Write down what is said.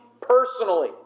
personally